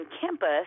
campus